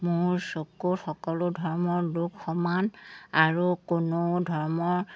মোৰ চকুৰ সকলো ধৰ্মৰ লোক সমান আৰু কোনো ধৰ্মৰ